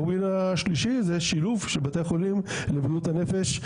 וה-win השלישי זה שילוב של החולים בבריאות הנפש